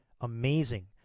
amazing